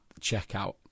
checkout